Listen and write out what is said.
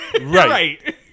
Right